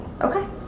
Okay